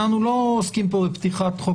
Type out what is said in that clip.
אנחנו לא עוסקים פה בפתיחת חוק